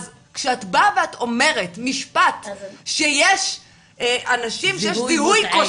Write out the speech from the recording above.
אז כשאת באה ואת אומרת שיש זיהוי מוטעה